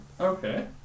Okay